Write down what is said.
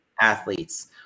athletes